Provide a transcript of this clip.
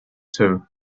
too